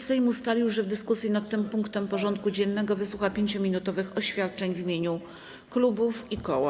Sejm ustalił, że w dyskusji nad tym punktem porządku dziennego wysłucha 5-minutowych oświadczeń w imieniu klubów i koła.